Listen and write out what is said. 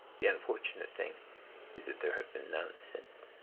the unfortunate thing is that there have been none since.